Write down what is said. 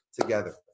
together